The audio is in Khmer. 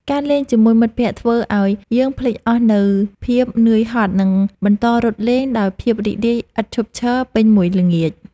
ការលេងជាមួយមិត្តភក្តិធ្វើឱ្យយើងភ្លេចអស់នូវភាពនឿយហត់ និងបន្តរត់លេងដោយភាពរីករាយឥតឈប់ឈរពេញមួយល្ងាច។